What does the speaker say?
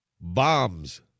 bombs